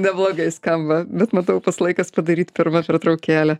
neblogai skamba bet matau tas laikas padaryt pirmą pertraukėlę